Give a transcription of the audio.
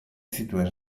zituen